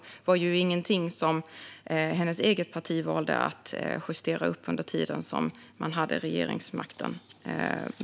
Detta var inget som hennes eget parti valde att justera upp under den tid då man hade regeringsmakten.